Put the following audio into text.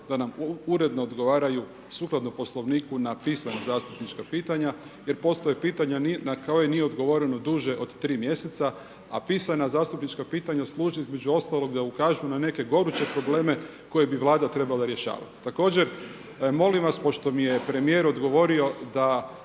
da nam uredno odgovaraju, sukladno Poslovniku na pisana zastupnička pitanja jer postoje pitanja na koja nije odgovoreno duže od 3 mjeseca, a pisana zastupnička pitanja služe između ostaloga da ukažu na neke goruće probleme koje bi Vlada trebala rješavati. Također molim vas pošto mi je premijer odgovorio da